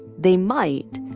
they might,